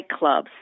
nightclubs